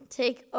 take